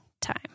time